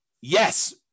Yes